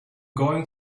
going